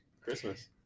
Christmas